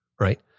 right